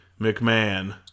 McMahon